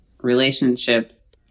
relationships